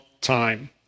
time